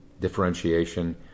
differentiation